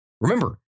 Remember